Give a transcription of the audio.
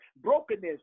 brokenness